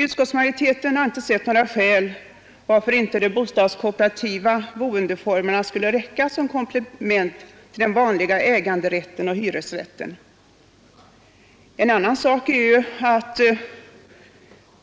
Utskottsmajoriteten har inte sett några skäl till att inte de bostadskooperativa boendeformerna skulle räcka som komplement till den vanliga äganderätten och hyresrätten. — En annan sak är att